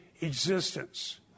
existence